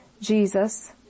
jesus